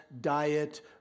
diet